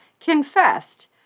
confessed